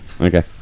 Okay